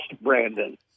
Brandon